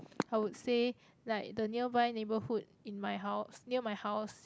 I would say like the nearby neighbourhood in my house near my house